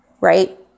right